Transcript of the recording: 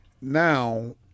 now